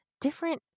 different